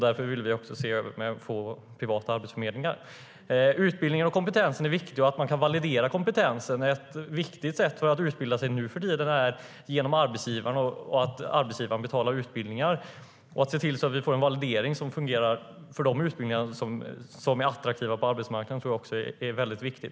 Därför vill vi också ha privata arbetsförmedlingar. Utbildningen och kompetensen är viktiga, och det är viktigt att man kan validera kompetensen. Ett sätt att utbilda sig nu för tiden är genom arbetsgivaren och genom att arbetsgivaren betalar utbildningar. Att se till att vi får en validering som fungerar för de utbildningar som är attraktiva på arbetsmarknaden tror jag också är väldigt viktigt.